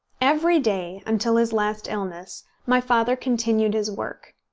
every day, until his last illness, my father continued his work.